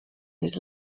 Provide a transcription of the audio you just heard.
his